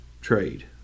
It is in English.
trade